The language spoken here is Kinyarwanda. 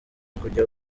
kujya